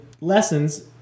lessons